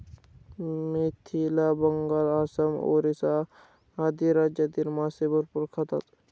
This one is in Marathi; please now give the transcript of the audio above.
मिथिला, बंगाल, आसाम, ओरिसा आदी राज्यांतही मासे भरपूर खातात